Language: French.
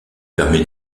permet